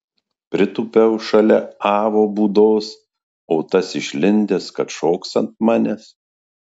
pritūpiau šalia avo būdos o tas išlindęs kad šoks ant manęs